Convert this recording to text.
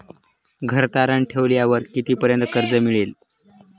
घर तारण ठेवल्यावर कितीपर्यंत कर्ज मिळेल?